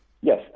Yes